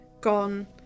gone